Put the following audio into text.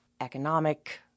economic